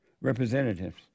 Representatives